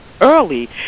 Early